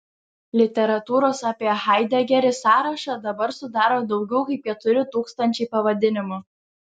literatūros apie haidegerį sąrašą dabar sudaro daugiau kaip keturi tūkstančiai pavadinimų